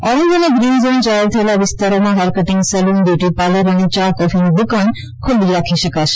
orange અને green zone જાહેર થયેલા વિસ્તારોમાં હેરકટીંગ સલૂન બ્યુટીપાર્લર અને યા કોફીની દુકાન ટી સ્ટોલ ખુલ્લા રાખી શકાશે